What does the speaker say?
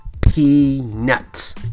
Peanuts